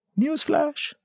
newsflash